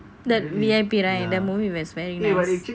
that V_I_P right that movie was very nice